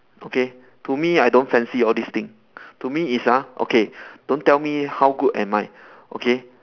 okay to me I don't fancy all these thing to me is ah okay don't tell me how good am I okay